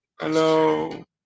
Hello